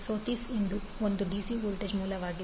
ಸೋಥಿಸ್ ಒಂದು DC voltage ಮೂಲವಾಗಿದೆ